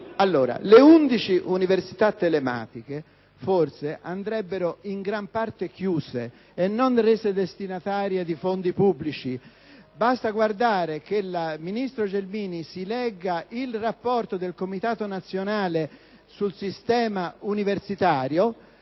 Le 11 università telematiche forse andrebbero in gran parte chiuse e non rese destinatarie di fondi pubblici. Basta che il ministro Gelmini legga il rapporto del Comitato nazionale sul sistema universitario